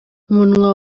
umunwa